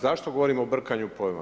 Zašto govorim o brkanju pojmova?